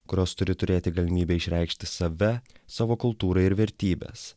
kurios turi turėti galimybę išreikšti save savo kultūrą ir vertybes